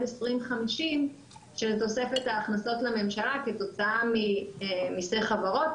2050 שזה תוספת הכנסות לממשלה כתוצאה ממסי חברות,